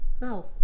No